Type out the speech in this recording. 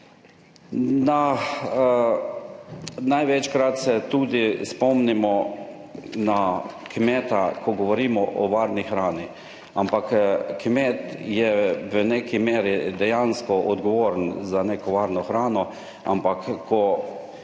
največkrat se tudi spomnimo na kmeta, ko govorimo o varni hrani, ampak kmet je v neki meri dejansko odgovoren za neko varno hrano, ampak ko